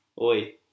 oi